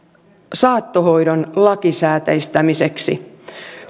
saattohoidon lakisääteistämiseksi